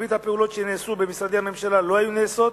מרבית הפעולות שנעשו במשרדי הממשלה לא היו נעשות,